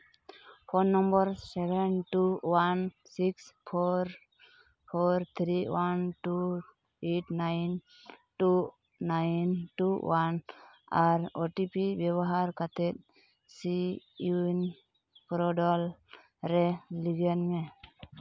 phone number one two one six four four three one two eight nine two nine two one ᱟᱨ O T P ᱵᱮᱵᱚᱦᱟᱨ ᱠᱟᱛᱮᱫ ᱥᱤ ᱩᱭᱤᱱ portal ᱨᱮ log in ᱢᱮ